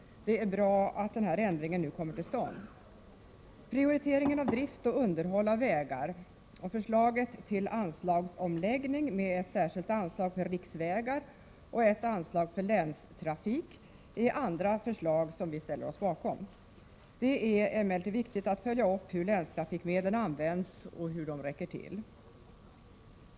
Det är bra att den här ändringen nu kommer till stånd. Prioriteringen av drift och underhåll av vägar samt förslaget till anslagsomläggning med ett särskilt anslag för riksvägar och ett anslag för länstrafik är andra förslag som vi ställer oss bakom. Det är emellertid viktigt att följa upp hur länstrafikmedlen används och hur de räcker till.